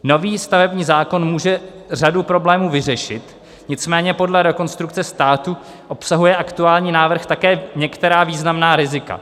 Nový stavební zákon může řadu problémů vyřešit, nicméně podle Rekonstrukce státu obsahuje aktuální návrh také některá významná rizika.